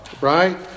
right